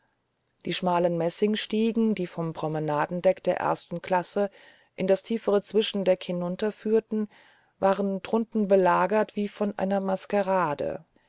die schmalen messingstiegen die vom promenadendeck der ersten klasse in das tiefere zwischendeck hinunterführten waren drunten belagert wie von einer maskerade